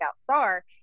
star